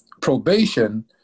probation